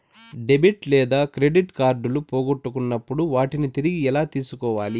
debit లేదా credit కార్డులు పోగొట్టుకున్నప్పుడు వాటిని తిరిగి ఎలా తీసుకోవాలి